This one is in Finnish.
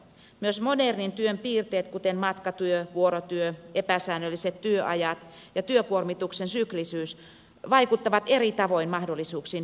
myös modernin työn piirteet kuten matkatyö vuorotyö epäsäännölliset työajat ja työkuormituksen syklisyys vaikuttavat eri tavoin mahdollisuuksiin hyödyntää liikuntapalveluja